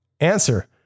Answer